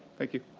thank you.